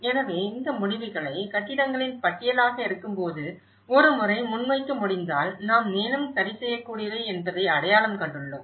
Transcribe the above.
எனவே இந்த முடிவுகளை கட்டிடங்களின் பட்டியலாக இருக்கும்போது ஒரு முறை முன்வைக்க முடிந்தால் நாம் மேலும் சரிசெய்யக்கூடியவை என்பதை அடையாளம் கண்டுள்ளோம்